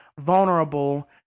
vulnerable